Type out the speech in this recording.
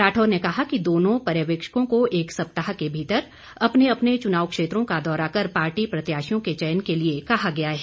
राठौर ने कहा कि दोनों पर्यवेक्षकों को एक सप्ताह के भीतर अपने अपने चुनाव क्षेत्रों का दौरा कर पार्टी प्रत्याशियों के चयन के लिए कहा गया है